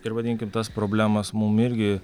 ir vadinkim tas problemas mum irgi